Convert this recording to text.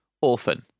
Orphan